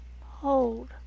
Hold